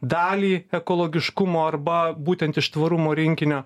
dalį ekologiškumo arba būtent iš tvarumo rinkinio